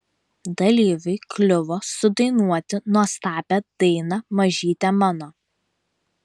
dalyviui kliuvo sudainuoti nuostabią dainą mažyte mano